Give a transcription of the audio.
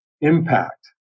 impact